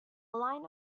line